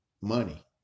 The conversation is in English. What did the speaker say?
money